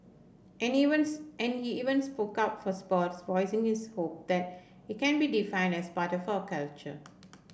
and events and he events up for sports voicing his hope that it can be defined as part of our culture